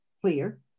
clear